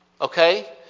Okay